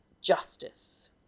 justice